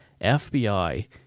FBI